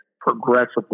progressively